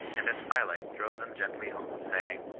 and at twilight drove them gently home saying,